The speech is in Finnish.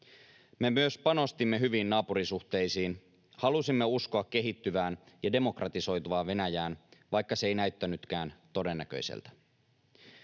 Me myös panostimme hyviin naapurisuhteisiin, halusimme uskoa kehittyvään ja demokratisoituvaan Venäjään, vaikka se ei näyttänytkään todennäköiseltä.